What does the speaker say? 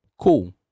cool